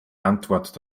antwort